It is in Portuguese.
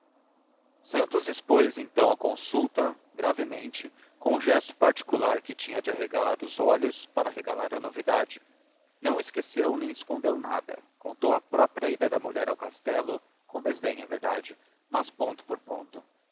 santos expôs então a consulta gravemente com um gesto particular que tinha de arregalar os olhos para arregalar a novidade não esqueceu nem escondeu nada contou a própria ida da mulher ao castelo com desdém é verdade mas ponto por ponto